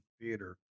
theater